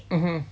mmhmm